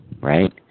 right